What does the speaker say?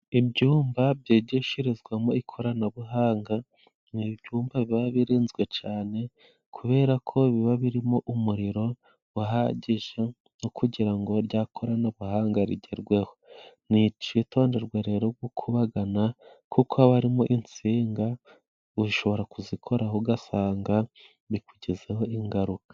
Ibyumba byigishirizwamo ikoranabuhanga, ni ibyumba biba birinzwe cane, kubera ko biba birimo umuriro guhagije kugira ngo rya koranabuhanga rigerweho. Ni icitonderwa rero, gukubagana kuko haba harimo insinga ushobora kuzikoraho ugasanga bikugizeho ingaruka.